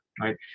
right